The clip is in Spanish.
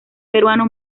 peruano